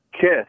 Kiss